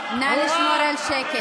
חברים, נא לשמור על השקט.